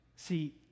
See